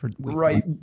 Right